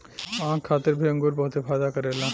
आँख खातिर भी अंगूर बहुते फायदा करेला